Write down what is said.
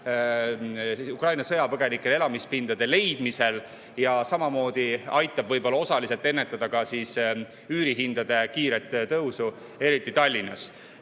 Ukraina sõjapõgenikele elamispindade leidmisel ja samamoodi aitab võib-olla osaliselt ennetada ka üürihindade kiiret tõusu, eriti Tallinnas.